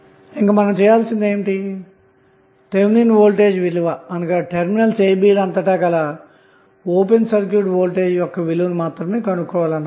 ఇప్పుడు మనం చేయవలసినది ఏమిటంటే థెవెనిన్ వోల్టేజ్ విలువ అనగా టెర్మినల్స్ ab అంతటా గల ఓపెన్ సర్క్యూట్ వోల్టేజ్ విలువను కనుక్కోవాలన్నమాట